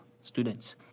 students